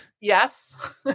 Yes